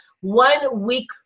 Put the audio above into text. one-week